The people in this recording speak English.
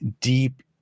deep